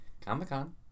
Comic-Con